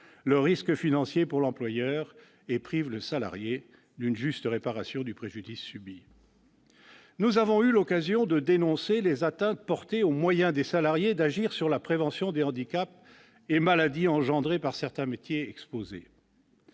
le risque financier pour l'employeur et prive le salarié d'une juste réparation du préjudice subi. Nous avons eu l'occasion de dénoncer les atteintes portées aux moyens accordés aux salariés pour agir sur la prévention des handicaps et des maladies engendrés par certains métiers exposés,